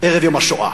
ערב יום השואה,